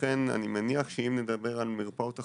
לכן אני מניח שאם נדבר על מרפאות אחודות,